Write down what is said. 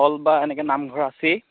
হল বা এনেকৈ নামঘৰ আছেই